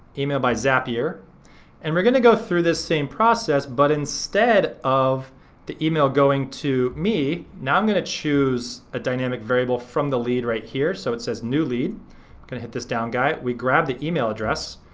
email by zapier and we're gonna go through this same process but instead of the email going to me, now i'm gonna choose a dynamic variable from the lead right here. so it says new lead, i'm gonna hit this down guy. we grab the email address.